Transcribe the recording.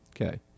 Okay